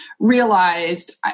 Realized